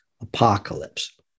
apocalypse